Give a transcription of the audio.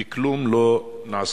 וכלום לא נעשה.